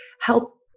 help